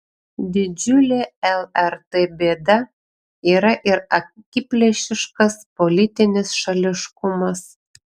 didžiulė lrt bėda yra ir akiplėšiškas politinis šališkumas